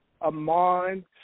Amon